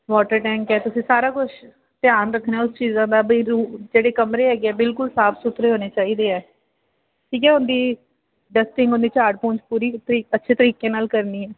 water tank ਹੈ ਤੁਸੀਂ ਸਾਰਾ ਕੁਛ ਧਿਆਨ ਰੱਖਣਾ ਉਸ ਚੀਜ਼ਾਂ ਦਾ ਬਈ ਰੂ ਜਿਹੜੇ ਕਮਰੇ ਹੈਗੇ ਆ ਬਿਲਕੁਲ ਸਾਫ਼ ਸੁਥਰੇ ਹੋਣੇ ਚਾਹੀਦੇ ਆ ਠੀਕ ਆ ਉਹਦੀ ਡਸਟਿੰਗ ਉਹਦੀ ਝਾੜ ਪੂੰਝ ਪੂਰੀ ਉਤਰੀ ਅੱਛੇ ਤਰੀਕੇ ਨਾਲ ਕਰਨੀ ਹੈ